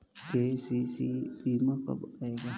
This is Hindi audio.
के.सी.सी बीमा कब आएगा?